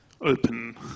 open